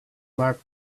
mark